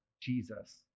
Jesus